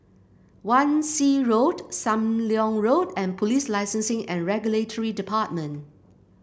Wan Shih Road Sam Leong Road and Police Licensing and Regulatory Department